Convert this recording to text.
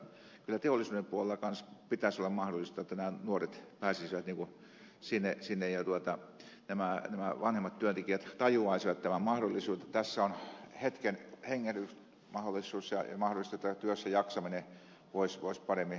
minusta kyllä teollisuuden puolella kanssa pitäisi olla mahdollista että nämä nuoret pääsisivät sinne ja nämä vanhemmat työntekijät tajuaisivat tämän mahdollisuuden että tässä on hetken hengähdysmahdollisuus ja ilman sitä työssä jaksaminen pois mahdollistetaan työssäjaksaminen